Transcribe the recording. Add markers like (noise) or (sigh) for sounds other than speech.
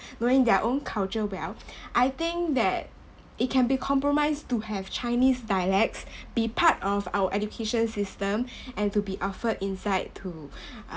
knowing their own culture well I think that it can be compromised to have chinese dialects be part of our education system (breath) and to be offered inside to uh